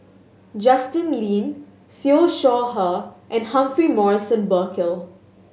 Justin Lean Siew Shaw Her and Humphrey Morrison Burkill